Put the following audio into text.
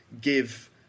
give